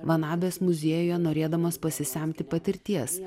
van abės muziejuje norėdamos pasisemti patirties